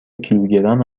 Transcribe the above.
کیلوگرم